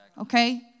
okay